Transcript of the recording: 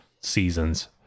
seasons